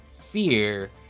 fear